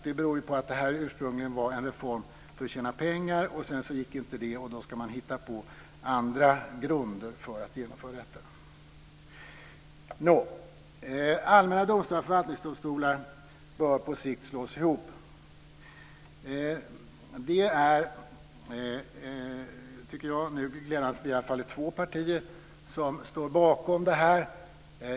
Det beror på att det här ursprungligen var en reform för att tjäna pengar. När det inte gick hittar man på andra grunder för att genomföra detta. Allmänna domstolar och förvaltningsdomstolar bör på sikt slås ihop. Det är, tycker jag, glädjande att vi i alla fall är två partier som står bakom det.